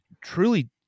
truly